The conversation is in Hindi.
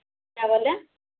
क्या बोले